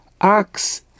ox